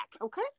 Okay